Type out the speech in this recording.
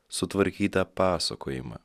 sutvarkytą pasakojimą